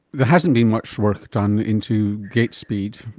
there hasn't been much work done into gait speed,